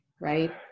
right